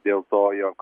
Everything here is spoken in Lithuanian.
dėl to jog